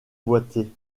boiter